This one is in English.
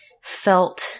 felt